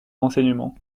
renseignement